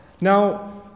Now